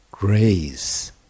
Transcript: Grace